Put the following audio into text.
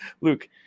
Luke